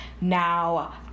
Now